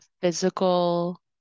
physical